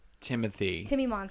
Timothy